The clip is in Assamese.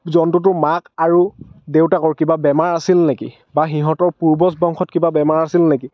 জন্তুটোৰ মাক আৰু দেউতাকৰ কিবা বেমাৰ আছিল নেকি বা সিহঁতৰ পূৰ্বজ বংশত কিবা বেমাৰ আছিল নেকি